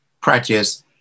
practice